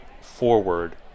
forward